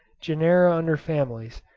genera under families,